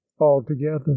altogether